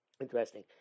Interesting